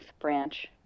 branch